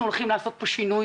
אנחנו הולכים לעשות שינוי